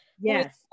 yes